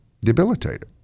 debilitated